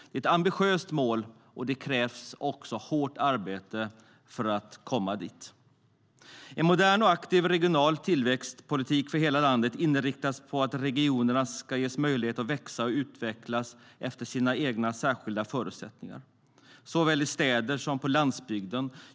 Det är ett ambitiöst mål, och det krävs hårt arbete för att komma dit. En modern och aktiv regional tillväxtpolitik för hela landet inriktas på att regionerna ska ges möjligheter att växa och utvecklas efter sina särskilda förutsättningar såväl i städer som på landsbygden.